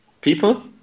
people